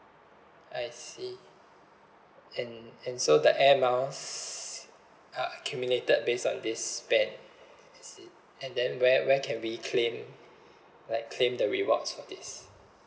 I see and and so the air miles are accumulated based on this band is it and then where where can we claim like claim the rewards for this